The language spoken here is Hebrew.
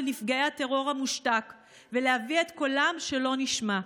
נפגעי הטרור המושתק ולהביא את קולם שלא נשמע.